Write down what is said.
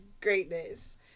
greatness